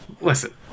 Listen